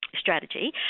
strategy